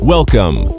Welcome